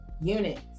units